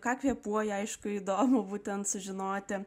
kvėpuoja aišku įdomu būtent sužinoti